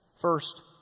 First